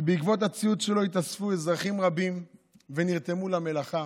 ובעקבות הציוץ שלו התאספו אזרחים רבים ונרתמו למלאכה